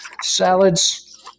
Salads